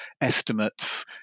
estimates